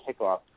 kickoff